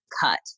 cut